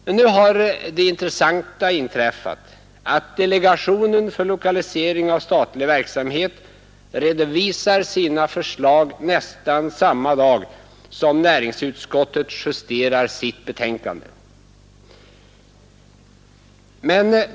Men nu har det intressanta inträffat att delegationen för lokalisering av statlig verksamhet redovisar sina förslag nästan samma dag som näringsutskottet justerar sitt betänkande.